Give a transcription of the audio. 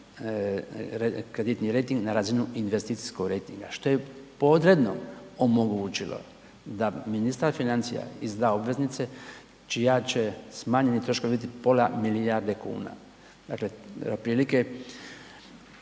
kreditni rejting na razinu investicijskog rejtinga što je podredno omogućilo da ministar financija izda obveznice čiji će smanjeni troškovi biti pola milijarde kuna. Dakle, otprilike